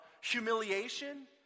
humiliation